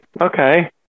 okay